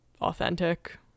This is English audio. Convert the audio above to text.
authentic